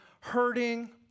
hurting